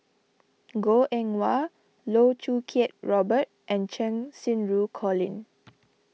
Goh Eng Wah Loh Choo Kiat Robert and Cheng Xinru Colin